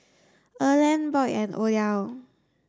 Erland Boyd and Odell